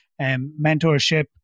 mentorship